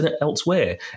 elsewhere